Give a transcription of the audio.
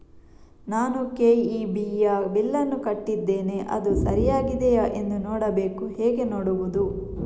ನಾನು ಕೆ.ಇ.ಬಿ ಯ ಬಿಲ್ಲನ್ನು ಕಟ್ಟಿದ್ದೇನೆ, ಅದು ಸರಿಯಾಗಿದೆಯಾ ಎಂದು ನೋಡಬೇಕು ಹೇಗೆ ನೋಡುವುದು?